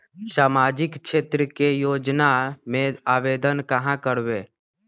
सामाजिक क्षेत्र के योजना में आवेदन कहाँ करवे?